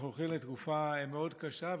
אנחנו הולכים לתקופה מאוד קשה,